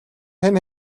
хэн